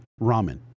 ramen